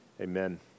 amen